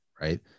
Right